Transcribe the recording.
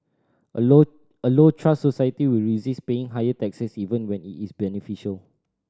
a low a low trust society will resist paying higher taxes even when it is beneficial